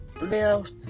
left